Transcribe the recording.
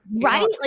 right